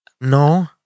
No